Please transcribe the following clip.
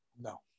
No